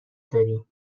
داریم